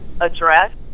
address